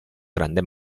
grande